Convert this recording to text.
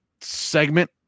segment